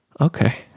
Okay